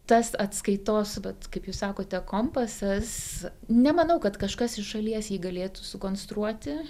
tas atskaitos vat kaip jūs sakote kompasas nemanau kad kažkas iš šalies jį galėtų sukonstruoti